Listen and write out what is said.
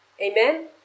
Amen